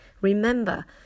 Remember